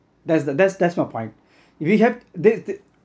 that's the that's that's my point if you have the